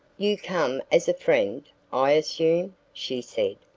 you come as a friend, i assume, she said.